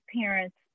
parents